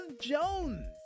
Jones